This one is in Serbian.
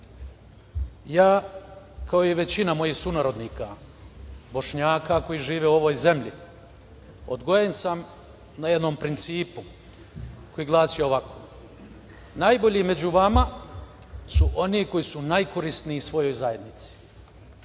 ja kao i većina mojih sunarodnika Bošnjaka koji žive u ovoj zemlji, odgojen sam na jednom principu koji glasi ovako – najbolji među vama su oni koji su najkorisniji svojoj zajednici,